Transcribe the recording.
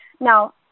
now